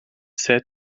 said